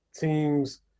teams